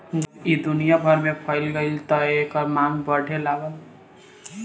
जब ई दुनिया भर में फइल गईल त एकर मांग बढ़े लागल